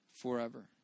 forever